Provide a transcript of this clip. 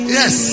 yes